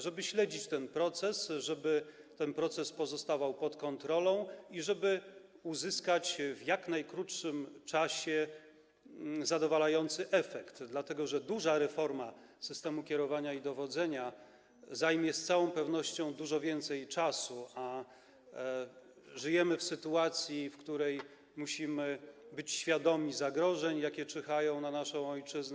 Żeby śledzić ten proces, żeby ten proces pozostawał pod kontrolą i żeby uzyskać w jak najkrótszym czasie zadowalający efekt, dlatego że duża reforma systemu kierowania i dowodzenia zajmie z całą pewnością dużo więcej czasu, a żyjemy w sytuacji, w której musimy być świadomi zagrożeń, jakie czyhają na naszą ojczyznę.